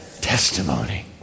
testimony